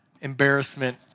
embarrassment